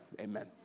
Amen